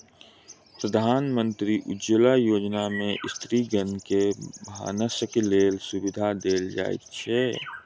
प्रधानमंत्री उज्ज्वला योजना में स्त्रीगण के भानसक लेल सुविधा देल जाइत अछि